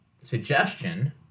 suggestion